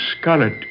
scarlet